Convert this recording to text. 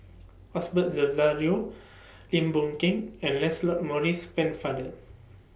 Osbert Rozario Lim Boon Keng and Lancelot Maurice Pennefather